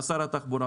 שרת התחבורה,